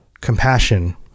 compassion